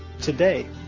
today